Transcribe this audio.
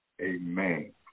Amen